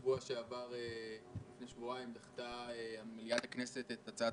לפני שבועיים דחתה מליאת הכנסת את הצעת